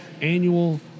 annual